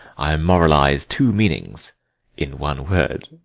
i moralize two meanings in one word.